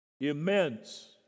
immense